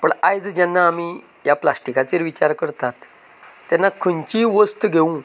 पूण आयज जेन्ना आमी ह्या प्लास्टिकाचेर विचार करतात तेन्ना खंयचीय वस्त घेवूं